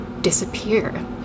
disappear